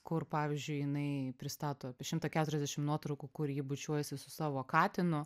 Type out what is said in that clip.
kur pavyzdžiui jinai pristato apie šimtą keturiasdešim nuotraukų kur ji bučiuojasi su savo katinu